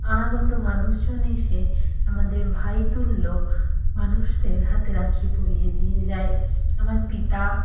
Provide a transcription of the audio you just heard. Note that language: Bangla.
অনাগত মানুষজন এসে আমাদের ভাই তুল্য মানুষদের হাতে রাখি পরিয়ে দিয়ে যায় আমার পিতা